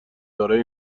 دارای